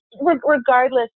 Regardless